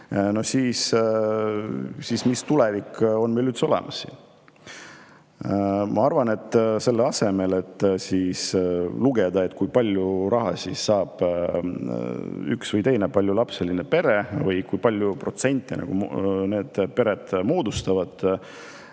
andma, siis mis tulevik meil üldse olemas on? Ma arvan, et selle asemel, et lugeda, kui palju raha saab üks või teine paljulapseline pere või kui mitu protsenti need pered moodustavad